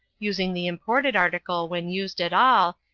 using the imported article when used at all,